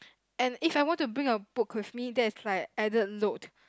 and if I want to bring a book with me that is like added load